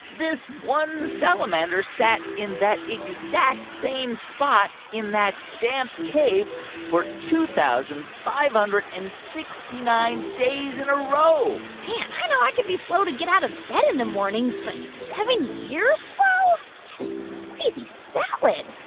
this one salamander sat in that exact same spot in that damp cave for two thousand five hundred and sixty nine days in a row man. i know i can be slow to get out of bed in the morning, but seven years slow? that is crazy salad